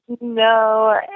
No